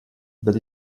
but